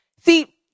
See